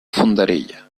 fondarella